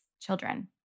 children